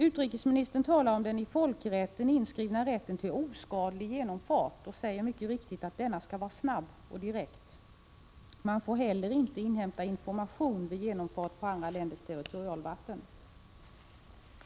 Utrikesministern talar om den i folkrätten inskrivna rätten till oskadlig genomfart och säger mycket riktigt att den skall vara snabb och direkt. Man får heller inte enligt folkrätten inhämta information vid genomfart på andra länders territorialvatten.